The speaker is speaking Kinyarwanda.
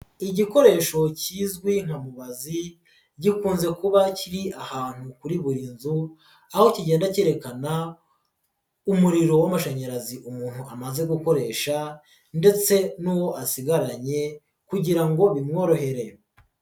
Igikoresho kizwi nka mubazi gikunze kuba kiri ahantu kuri buri nzu aho kigenda kerekana umuriro w'amashanyarazi umuntu amaze gukoresha ndetse n'uwo asigaranye kugira ngo bimworohere.